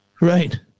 Right